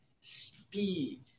speed